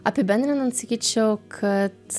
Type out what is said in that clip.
apibendrinant sakyčiau kad